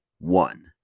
One